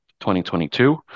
2022